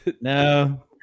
No